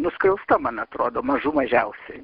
nuskriausta man atrodo mažų mažiausiai